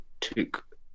took